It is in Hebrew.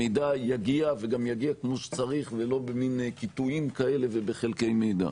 המידע יגיע וגם יגיע כמו שצריך ולא במין תיקונים כאלה ובחלקי מידע.